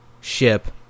ship